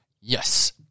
Yes